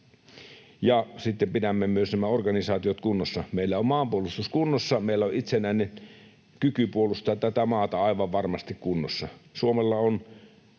sitten pidämme myös nämä organisaatiot kunnossa. Meillä on maanpuolustus kunnossa, meillä on itsenäinen kyky puolustaa tätä maata aivan varmasti kunnossa. Suomella on